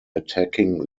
attacking